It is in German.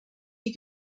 die